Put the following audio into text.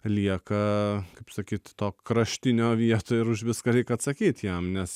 lieka kaip sakyt to kraštinio vietoj ir už viską reik atsakyt jam nes